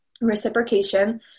reciprocation